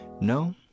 No